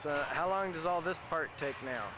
so how long does all this part take now